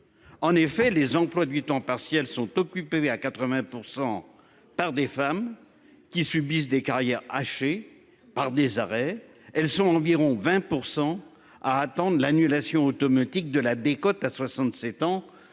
En effet, les emplois à temps partiel sont occupés à 80 % par des femmes, dont la carrière est hachée du fait d'interruptions. Elles sont environ 20 % à attendre l'annulation automatique de la décote à 67 ans